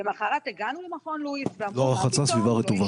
למוחרת הגענו למכון לואיס שום דבר.